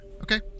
Okay